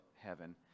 heaven